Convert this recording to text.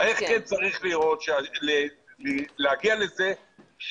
איך כן צריך להיות שמגיעים לזה שהשלטון